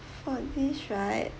for this right